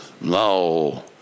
no